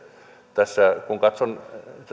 kun katson tätä